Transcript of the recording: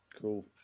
Cool